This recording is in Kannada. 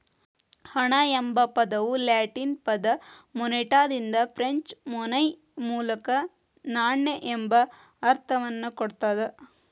ಹಣ ಎಂಬ ಪದವು ಲ್ಯಾಟಿನ್ ಪದ ಮೊನೆಟಾದಿಂದ ಫ್ರೆಂಚ್ ಮೊನೈ ಮೂಲಕ ನಾಣ್ಯ ಎಂಬ ಅರ್ಥವನ್ನ ಕೊಡ್ತದ